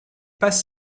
pas